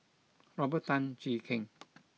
Robert Tan Jee Keng